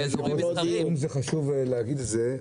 חשוב להגיד את זה,